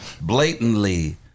Blatantly